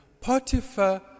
Potiphar